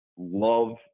love